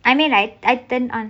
I mean like I turned on